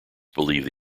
believed